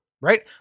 right